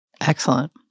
Excellent